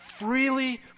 freely